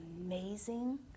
amazing